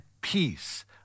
peace